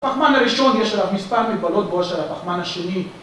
פחמן הראשון יש עליו מספר מגבלות, בעוד שעל הפחמן השני...